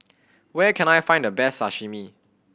where can I find the best Sashimi